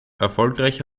erfolgreich